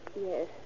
Yes